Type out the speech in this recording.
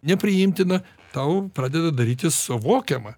nepriimtina tau pradeda darytis suvokiama